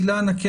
אילנה,